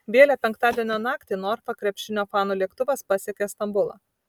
vėlią penktadienio naktį norfa krepšinio fanų lėktuvas pasiekė stambulą